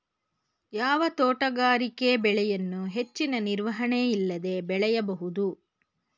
ಯಾವ ತೋಟಗಾರಿಕೆ ಬೆಳೆಯನ್ನು ಹೆಚ್ಚಿನ ನಿರ್ವಹಣೆ ಇಲ್ಲದೆ ಬೆಳೆಯಬಹುದು?